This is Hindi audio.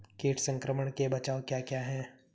कीट संक्रमण के बचाव क्या क्या हैं?